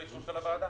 מחכים לאישור הוועדה.